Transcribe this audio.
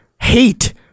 hate